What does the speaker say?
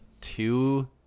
two